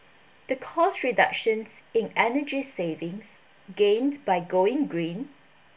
the cost reductions in energy savings gained by going green